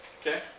Okay